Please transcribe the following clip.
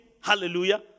Hallelujah